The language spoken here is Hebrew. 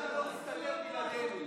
מסתדרים בלעדיך.